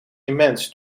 immens